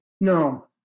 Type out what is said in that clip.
No